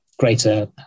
greater